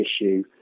issue